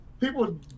people